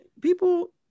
People